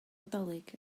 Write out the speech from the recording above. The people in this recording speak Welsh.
nadolig